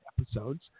episodes